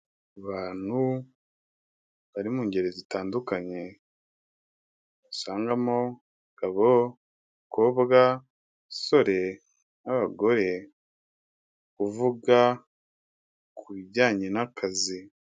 Abantu bari mu ngeri zitandukanye, usangamo abagabo, abakobwa, abasore n'abagore, uvuga ku bijyanye n'akazi.